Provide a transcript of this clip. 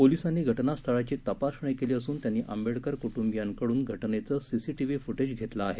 पोलीसांनी घटनास्थळाची तपासणी केली असून त्यांनी आंबेडकर कुटुंबियांकडून घटनेचं सीसीटीव्ही फुटेज घेतलं आहे